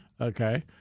okay